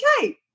okay